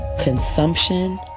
consumption